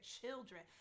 children